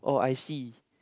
oh I see